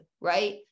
right